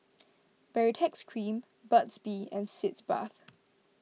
Baritex Cream Burt's Bee and Sitz Bath